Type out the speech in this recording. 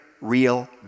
real